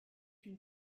une